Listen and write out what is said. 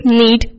need